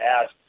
ask